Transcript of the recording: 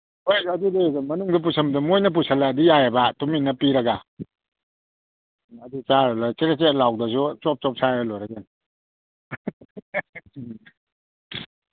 ꯍꯣꯏ ꯑꯗꯨꯅꯦ ꯃꯅꯨꯡꯗ ꯄꯨꯁꯟꯕꯗꯣ ꯃꯣꯏꯅ ꯄꯨꯁꯤꯜꯂꯛꯑꯗꯤ ꯌꯥꯏꯌꯦꯕ ꯇꯨꯃꯤꯟꯅ ꯄꯤꯔꯒ ꯑꯗꯨ ꯆꯥꯔ ꯂꯣꯏꯔꯦ ꯆꯦꯔꯦꯠ ꯆꯦꯔꯦꯠ ꯂꯥꯎꯗ꯭ꯔꯁꯨ ꯆꯣꯞ ꯆꯣꯞ ꯁꯥꯏꯔ ꯂꯣꯏꯔꯦ ꯀꯩꯅꯣ